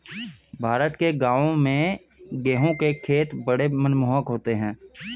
भारत के गांवों में गेहूं के खेत बड़े मनमोहक होते हैं